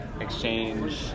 exchange